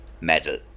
medal